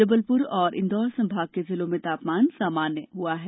जबलपुर और इंदौर संभाग के जिलों में तापमान सामान्य बना हुआ है